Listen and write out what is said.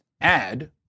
add